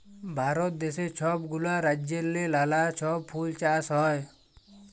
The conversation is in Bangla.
ভারত দ্যাশে ছব গুলা রাজ্যেল্লে লালা ছব ফুল চাষ হ্যয়